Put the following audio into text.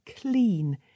clean